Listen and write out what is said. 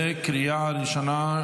בקריאה ראשונה.